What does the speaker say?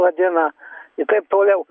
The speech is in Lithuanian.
vadina i taip toliau